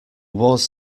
was